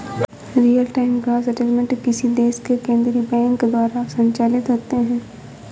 real time gross settlement किसी देश के केन्द्रीय बैंक द्वारा संचालित होते हैं